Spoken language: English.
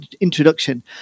introduction